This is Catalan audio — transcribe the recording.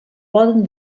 poden